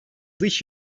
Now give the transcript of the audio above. dış